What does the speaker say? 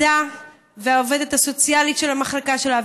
והעובדת הסוציאלית של המחלקה שלה,